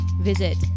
visit